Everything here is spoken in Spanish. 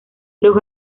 los